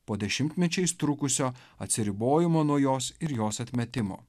po dešimtmečiais trukusio atsiribojimo nuo jos ir jos atmetimo